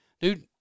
dude